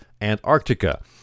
Antarctica